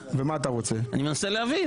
אני מנסה להבין.